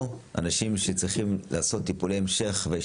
או אנשים שצריכים לעשות טיפולי המשך ולא